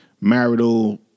marital